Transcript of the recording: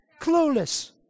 clueless